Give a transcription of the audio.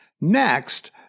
Next